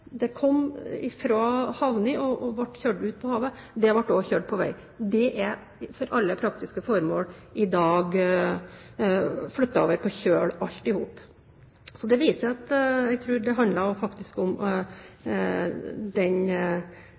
Det kom til havnene og ble kjørt ut på havet. Det ble altså kjørt på veien. Det er for alle praktiske formål i dag flyttet over på kjøl alt sammen. Jeg tror det viser at det handler om den